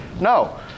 no